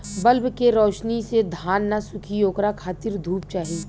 bulb के रौशनी से धान न सुखी ओकरा खातिर धूप चाही